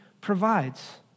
provides